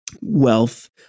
wealth